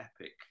epic